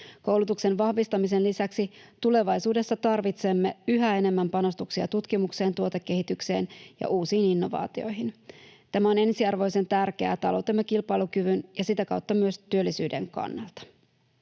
Koulutuksen vahvistamisen lisäksi tulevaisuudessa tarvitsemme yhä enemmän panostuksia tutkimukseen, tuotekehitykseen ja uusiin innovaatioihin. Tämä on ensiarvoisen tärkeää taloutemme kilpailukyvyn ja sitä kautta myös työllisyyden kannalta.